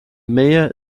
mayor